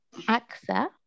Axa